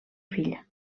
filla